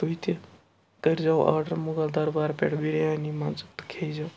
تُہۍ تہِ کٔرۍزیو آرڈَر مغل دربار پٮ۪ٹھ بِریانی منٛزٕ تہٕ کھیزیو